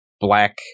black